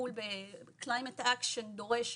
בטיפול בפעולת אקלים דורש,